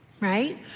right